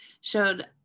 showed